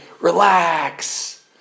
relax